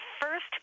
first